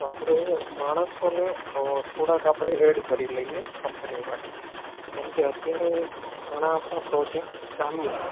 તો આપણે માણસોને થોડાક આપણે એડ કરી લઈએ કંપનીમાં કેમ કે અત્યારે ઘણાં આપણા પ્રોજેક્ટસ ચાલુ છે